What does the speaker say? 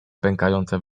pękające